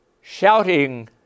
shouting